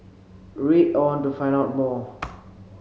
read on to find out more